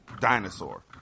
dinosaur